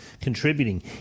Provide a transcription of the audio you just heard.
contributing